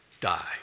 die